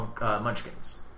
Munchkins